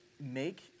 make